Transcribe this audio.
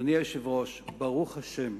אדוני היושב-ראש, ברוך השם,